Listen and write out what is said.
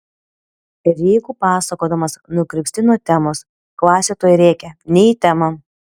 ir jeigu pasakodamas nukrypsti nuo temos klasė tuoj rėkia ne į temą